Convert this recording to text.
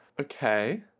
Okay